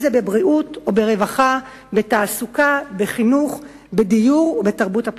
בריאות, רווחה, תעסוקה, חינוך, דיור ותרבות הפנאי,